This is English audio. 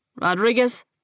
Rodriguez